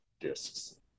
discs